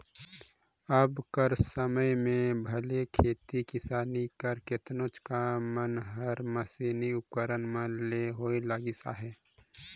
अब कर समे में भले खेती किसानी कर केतनो काम मन हर मसीनी उपकरन मन ले होए लगिस अहे